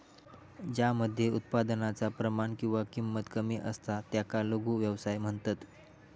ज्या मध्ये उत्पादनाचा प्रमाण किंवा किंमत कमी असता त्याका लघु व्यवसाय म्हणतत